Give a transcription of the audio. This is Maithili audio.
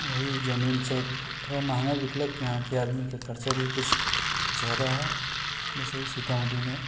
वएह जमीनसब थोड़ा महगा बिकलक यहाँके आदमीके खर्चा भी किछु ज्यादा हइ वइसे ही सीतामढ़ीमे